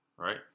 Right